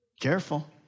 Careful